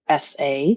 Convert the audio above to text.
SA